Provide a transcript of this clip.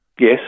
Yes